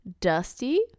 Dusty